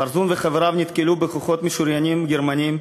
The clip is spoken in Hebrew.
פרזון וחבריו נתקלו בכוחות משוריינים גרמניים,